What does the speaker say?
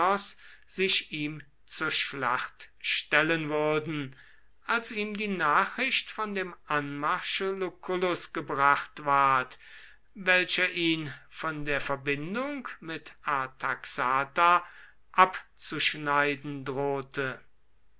sich ihm zur schlacht stellen würden als ihm die nachricht von dem anmarsche luculls gebracht ward welcher ihn von der verbindung mit artaxata abzuschneiden drohte